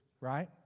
right